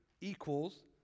equals